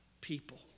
people